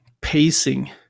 pacing